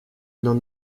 n’en